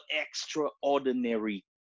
extraordinary